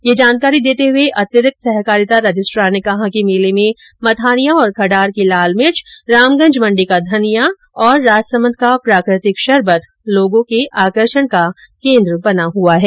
यह जानकारी देते हुए अतिरिक्त सहकारिता रजिस्ट्रार ने कहा कि मेले में मथानिया और खडार की लाल मिर्च रामगंज मंडी का धनिया और राजसमंद का प्राकृतिक शर्बत लोगों के आकर्षण का केन्द्र बना हुआ है